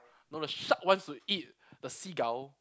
no the shark wants to eat the seagull